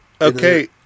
Okay